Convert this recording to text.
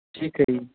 ਠੀਕ ਹੈ ਜੀ